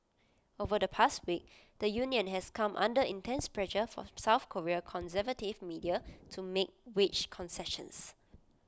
over the past week the union has come under intense pressure from south Korean conservative media to make wage concessions